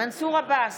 מנסור עבאס,